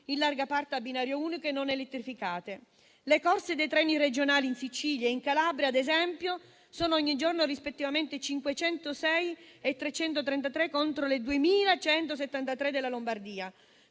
in larga a parte binario unico e non elettrificate. Le corse dei treni regionali in Sicilia e in Calabria, ad esempio, sono ogni giorno rispettivamente 506 e 333 contro le 2.173 della Lombardia,